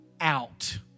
out